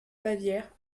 bavière